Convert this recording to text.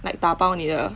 like 打包你的